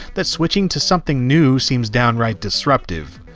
that switching to something new seems downright disruptive.